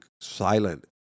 silent